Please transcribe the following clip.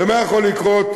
ומה יכול לקרות,